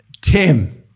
Tim